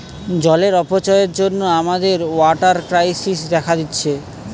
জলের অপচয়ের জন্যে আমাদের ওয়াটার ক্রাইসিস দেখা দিচ্ছে